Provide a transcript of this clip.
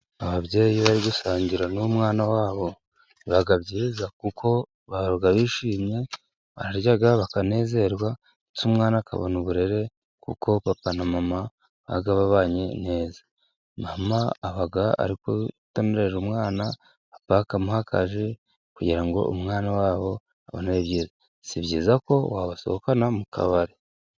Ababyeyi iyo bari gusangira n'umwana wabo biba byiza kuko baba bishimye, bararya, bakanezerwa ese umwana akabona uburere kuko papa na mama baba babanye neza. Mama aba ari gutamirira umwana, papa akamuha akaji kugira ngo umwana wabo abone ibyiza. Si byizako wabasohokana mu kabari.